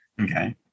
Okay